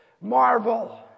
marvel